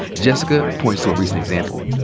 jessica points to a recent example,